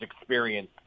experience